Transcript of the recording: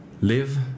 Live